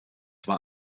war